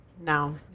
now